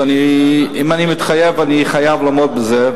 ואם אני מתחייב אני חייב לעמוד בזה,